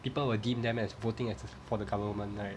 people will deem them as voting as for the government right